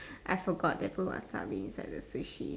I forgot to put wasabi inside the sushi